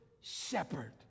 shepherd